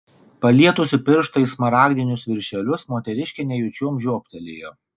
palietusi pirštais smaragdinius viršelius moteriškė nejučiom žioptelėjo